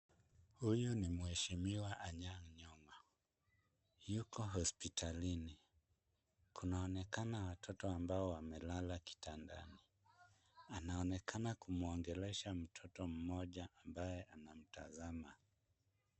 Huyu ni mheshimiwa Anyang' Nyong'o, yuko hospitalini kunaonekana watoto ambao wamelala kitandani, anaonekana kumuongelesha mtoto mmoja ambaye anamtazama.